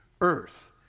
earth